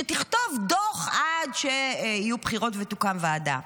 שתכתוב דוח עד שיהיו בחירות ותוקם ועדה.